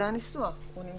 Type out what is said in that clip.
זה הניסוח, הוא נמצא ב-(ו).